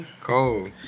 Cold